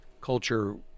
culture